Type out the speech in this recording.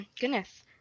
goodness